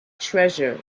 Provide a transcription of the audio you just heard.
treasure